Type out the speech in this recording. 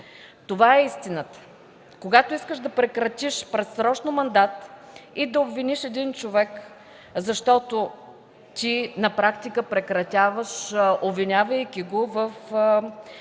Това е истината. Когато искаш да прекратиш предсрочно мандат и обвиняваш един човек, защото на практика прекратяваш мандата му, обвинявайки го в